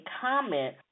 comment